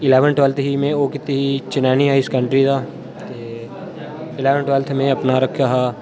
eleventh twelfth ही ओह् में कीती ही चनैनी हायर सकैंडरी दा ते इलेवेंथ ट्वेल्थ में अपना रक्खेआ हा